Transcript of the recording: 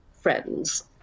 friends